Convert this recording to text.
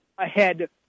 ahead